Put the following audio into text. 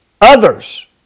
others